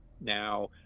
now